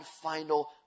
final